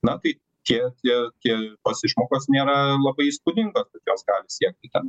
na tai čia kie kie tos išmokos nėra labai įspūdingos jos gali siekti ten